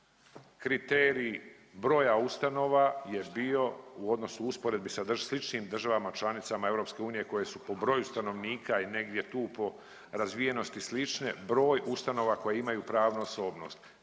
Kriterij broja ustanova je bio u odnosu u usporedbi sa sličnim državama članicama EU koje su po broju stanovnika i negdje tu po razvijenosti slične, broj ustanova koje imaju pravnu osobnost.